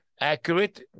accurate